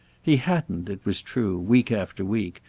he hadn't, it was true, week after week,